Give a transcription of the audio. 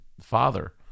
father